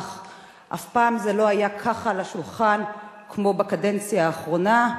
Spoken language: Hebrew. אך אף פעם זה לא היה כך על השולחן כמו בקדנציה האחרונה.